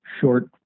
short